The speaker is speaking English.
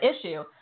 issue